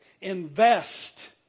Invest